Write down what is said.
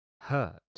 hurt